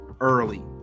early